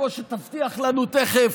כמו שתבטיח לנו תכף,